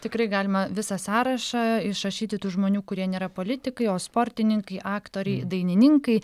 tikrai galima visą sąrašą išrašyti tų žmonių kurie nėra politikai o sportininkai aktoriai dainininkai